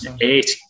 Eight